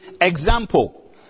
example